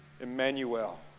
Emmanuel